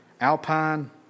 Alpine